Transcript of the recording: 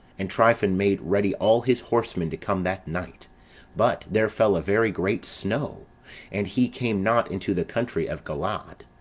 and tryphon made ready all his horsemen to come that night but there fell a very great snow and he came not into the country of galaad.